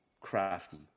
crafty